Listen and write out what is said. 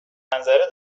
منظره